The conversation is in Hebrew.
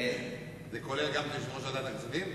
זה כולל גם את יושב-ראש ועדת הכספים?